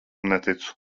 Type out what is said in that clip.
neticu